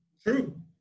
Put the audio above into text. True